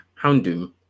Houndoom